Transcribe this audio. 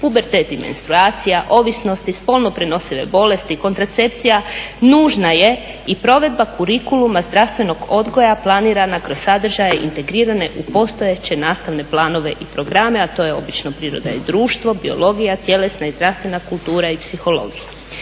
pubertet i menstruacija, ovisnosti, spolno prenosive bolesti, kontracepcija, nužna je i provedba kurikuluma zdravstvenog odgoja planirana kroz sadržaj integrirane u postojeće nastavne planove i programe, a to je obično priroda i društvo, biologija, tjelesna i zdravstvena kultura i psihologija.